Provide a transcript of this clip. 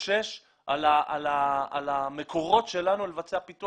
להתגושש על המקורות שלנו לבצע פיתוח.